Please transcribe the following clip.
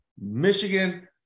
Michigan